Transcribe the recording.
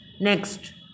Next